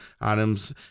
items